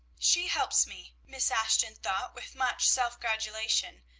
she helps me, miss ashton thought with much self-gratulation,